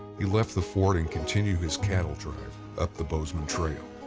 he left the fort and continued his cattle drive up the bozeman trail,